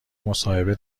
مصاحبه